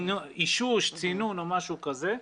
אישוש או משהו כזה.